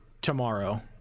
tomorrow